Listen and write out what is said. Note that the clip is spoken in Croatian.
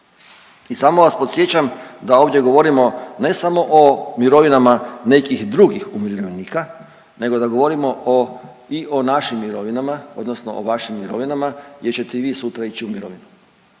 I samo vas podsjećam da ovdje govorimo ne samo o mirovinama nekih drugih umirovljenika nego da govorimo o i o našim mirovinama, odnosno o vašim mirovinama gdje ćete i vi sutra ići u mirovinu